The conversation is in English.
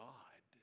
God